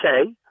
okay